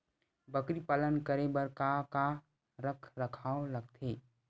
बकरी पालन करे बर काका रख रखाव लगथे?